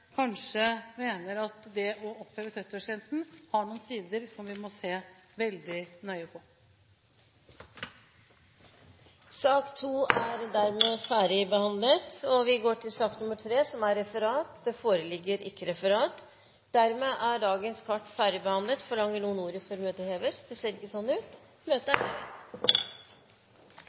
mener at det å oppheve 70-årsgrensen kan ha noen sider som vi må se veldig nøye på. Sak nr. 2 er dermed ferdigbehandlet. Det foreligger ikke noe referat. Dermed er dagens kart ferdigbehandlet. Forlanger noen ordet før møtet heves? – Møtet er hevet.